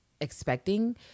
expecting